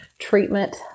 treatment